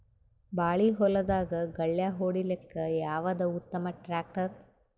ಬಾಳಿ ಹೊಲದಾಗ ಗಳ್ಯಾ ಹೊಡಿಲಾಕ್ಕ ಯಾವದ ಉತ್ತಮ ಟ್ಯಾಕ್ಟರ್?